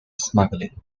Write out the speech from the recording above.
smuggling